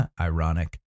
Ironic